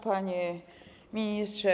Panie Ministrze!